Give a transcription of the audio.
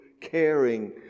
caring